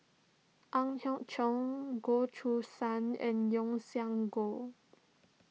Ang Hiong Chiok Goh Choo San and Yeo Siak Goon